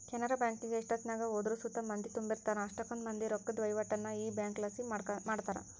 ಕೆನರಾ ಬ್ಯಾಂಕಿಗೆ ಎಷ್ಟೆತ್ನಾಗ ಹೋದ್ರು ಸುತ ಮಂದಿ ತುಂಬಿರ್ತಾರ, ಅಷ್ಟಕೊಂದ್ ಮಂದಿ ರೊಕ್ಕುದ್ ವಹಿವಾಟನ್ನ ಈ ಬ್ಯಂಕ್ಲಾಸಿ ಮಾಡ್ತಾರ